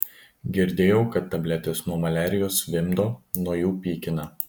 girdėjau kad tabletės nuo maliarijos vimdo nuo jų pykina